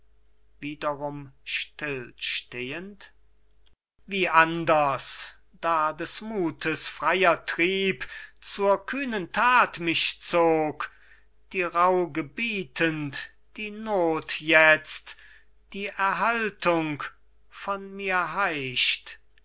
wiederum still stehend wie anders da des mutes freier trieb zur kühnen tat mich zog die rauh gebietend die not jetzt die erhaltung von mir heischt